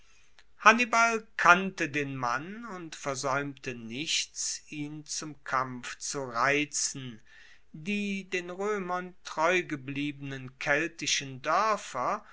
hannibal kannte den mann und versaeumte nichts ihn zum kampf zu reizen die den roemern treugebliebenen keltischen doerfer